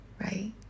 Right